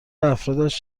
افرادش